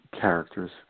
characters